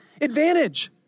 advantage